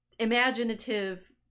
Imaginative